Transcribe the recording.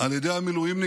על ידי המילואימניקים,